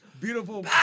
beautiful